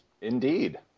Indeed